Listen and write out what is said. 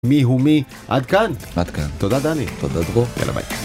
מי הוא מי? עד כאן? עד כאן. תודה דני. תודה דבור. יאללה ביי.